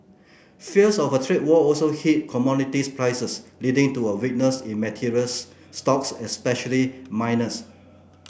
fears of a trade war also hit commodities prices leading to a weakness in materials stocks especially miners